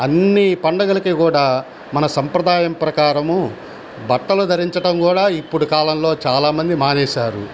అన్ని పండగలకి కూడా మన సంప్రదాయం ప్రకారము బట్టలు ధరించటం కూడా ఇప్పుడు కాలంలో చాలా మంది మానేశారు